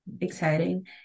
exciting